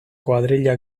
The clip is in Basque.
kuadrilla